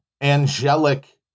angelic